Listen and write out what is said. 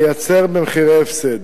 לייצר במחירי הפסד.